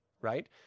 right